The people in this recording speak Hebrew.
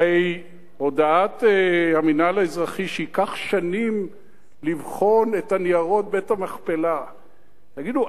הרי הודעת המינהל האזרחי שייקח שנים לבחון את ניירות בית-המכפלה תגידו,